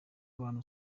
bantu